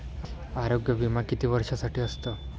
आरोग्य विमा किती वर्षांसाठी असतो?